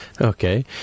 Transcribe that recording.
Okay